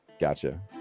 Gotcha